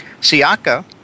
Siaka